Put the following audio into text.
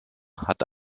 hat